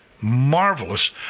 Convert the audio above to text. Marvelous